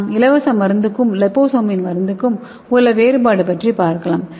நாம் இலவச மருந்துக்கும் லிபோசோமல் மருந்துக்கும் உள்ள வேறுபாடு பற்றி பார்க்கலாம